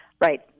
Right